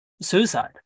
suicide